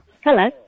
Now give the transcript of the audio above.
Hello